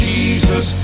Jesus